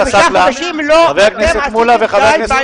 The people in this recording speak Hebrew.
מדוע במשך חמישה חודשים לא עשיתם די בעניין?